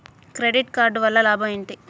Credit card వల్ల లాభం ఏంటి?